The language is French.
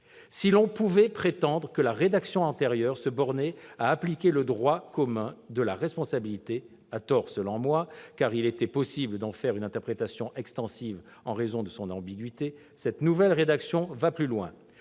Si l'on pouvait prétendre que la rédaction antérieure se bornait à appliquer le droit commun de la responsabilité- à tort selon moi, car il était possible d'en faire une interprétation extensive en raison de son ambiguïté -, cette nouvelle rédaction va plus loin.